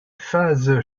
phase